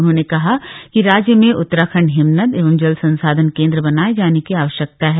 उन्होंने कहा कि राज्य में उत्तराखण्ड हिमनद एवं जल संसाधन केंद्र बनाए जाने की आवश्यकता है